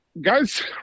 Guys